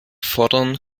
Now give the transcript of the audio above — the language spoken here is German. fordern